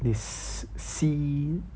is see